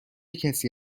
کسی